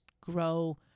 grow